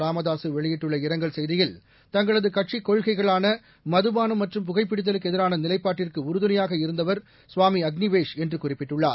ராமதாசு வெளியிட்டுள்ள இரங்கல் செய்தியில் தங்களது கட்சிக் கொள்கைகளான மதுபானம் மற்றும் புகைபிடித்தலுக்கு எதிரான நிலைப்பாட்டிற்கு உறுதுணையாக இருந்தவர் சுவாமி அக்னிவேஷ் என்று குறிப்பிட்டுள்ளார்